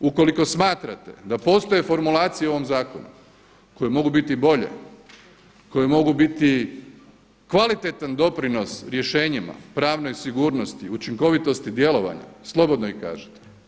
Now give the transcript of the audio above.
Ukoliko smatrate da postoje formulacije u ovom zakonu koje mogu biti i bolje, koje mogu biti kvalitetan doprinos rješenjima, pravnoj sigurnosti, učinkovitosti djelovanja slobodno kažite.